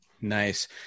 Nice